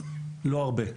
לא הרבה נעשה.